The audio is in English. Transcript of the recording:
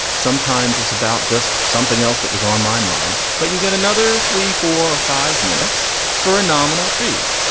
sometimes it's about just something else that was on my mind. but you get another three, four or five minutes for a nominal fee.